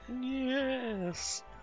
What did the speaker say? Yes